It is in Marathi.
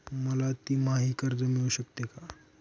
मला तिमाही कर्ज मिळू शकते का?